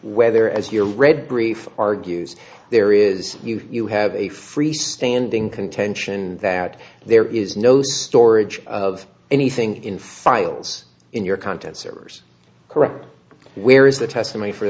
whether as your read brief argues there is you you have a free standing contention that there is no storage of anything in files in your content servers correct where is the testimony for